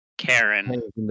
Karen